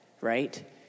right